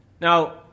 Now